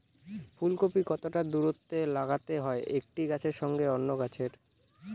ফুলকপি কতটা দূরত্বে লাগাতে হয় একটি গাছের সঙ্গে অন্য গাছের?